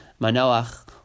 Manoach